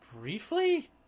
briefly